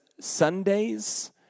Sundays